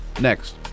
next